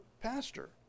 pastor